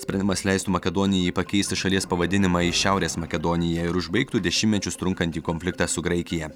sprendimas leistų makedonijai pakeisti šalies pavadinimą į šiaurės makedoniją ir užbaigtų dešimtmečius trunkantį konfliktą su graikija